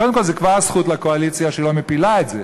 קודם כול זה כבר זכות לקואליציה שהיא לא מפילה את זה,